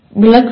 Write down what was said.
விளக்குவது